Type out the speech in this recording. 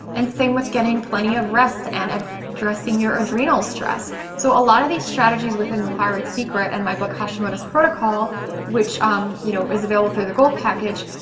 and same with getting plenty of rest and ah addressing your adrenal stress. so, a lot of these strategies within the thyroid secret and my book, hashimoto's protocol which um you know is available through the gold package,